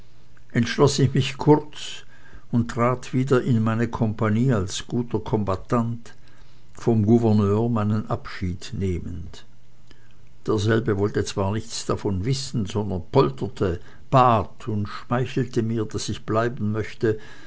entschloß ich mich kurz und trat wieder in meine kompanie als guter kombattant vom gouverneur meinen abschied nehmend derselbe wollte zwar nichts davon wissen sondern polterte bat und schmeichelte mir daß ich bleiben möchte